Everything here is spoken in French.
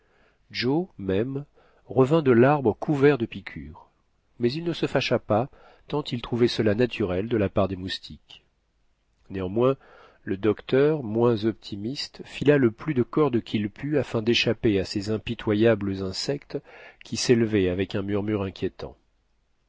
joe même revint de l'arbre couvert de piqûres mais il ne se fâcha pas tant il trouvait cela naturel de la part des moustiques néanmoins le docteur moins optimiste fila le plus de corde qu'il put afin d'échapper à ces impitoyables insectes qui s'élevaient avec un murmure inquiétant